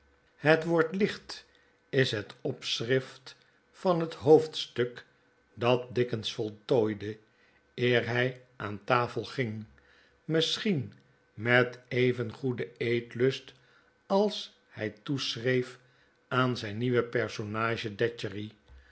het wordt licht is het opschrift van het hoofdstuk dat dickens voltooide eer hg aan tafel ging misschien met even goeden eetlust als hij toeschreef aan zyn nieuwen personage